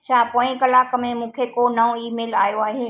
छा पोएं कलाक में मूंखे को नओं ईमेल आयो आहे